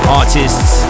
artists